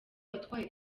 watwaye